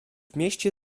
mieście